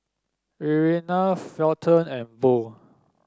Irena Felton and Bo